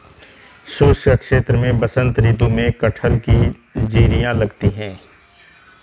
शुष्क क्षेत्र में बसंत ऋतु में कटहल की जिरीयां लगती है